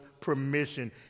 permission